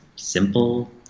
simple